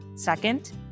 Second